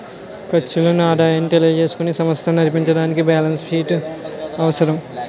ఖర్చులను ఆదాయాన్ని తెలియజేసుకుని సమస్త నడిపించడానికి బ్యాలెన్స్ షీట్ అవసరం